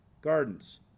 gardens